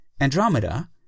andromeda